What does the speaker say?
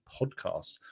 podcasts